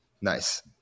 Nice